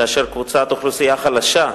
כאשר קבוצת אוכלוסייה חלשה,